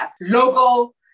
logo